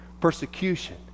persecution